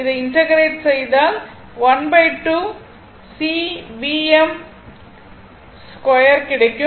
இதை இன்டெக்ரேட் செய்தால் 12 C Vm 2 கிடைக்கும்